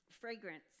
Fragrance